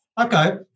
Okay